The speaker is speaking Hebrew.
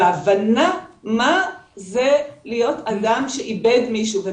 בהבנה מה זה להיות אדם שאיבד מישהו.